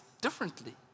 differently